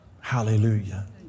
Hallelujah